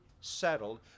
settled